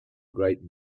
great